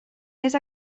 més